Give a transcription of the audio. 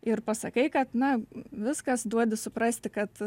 ir pasakai kad na viskas duodi suprasti kad